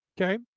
okay